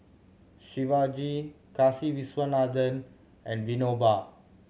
Shivaji Kasiviswanathan and Vinoba